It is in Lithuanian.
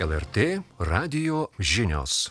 lrt radijo žinios